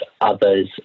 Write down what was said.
others